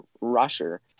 rusher